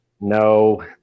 No